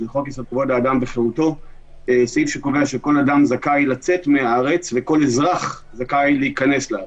לא שמעתי מה שאמרה חברת הכנסת.